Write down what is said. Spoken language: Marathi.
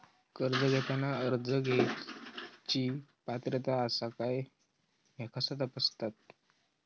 कर्ज घेताना कर्ज घेवची पात्रता आसा काय ह्या कसा तपासतात?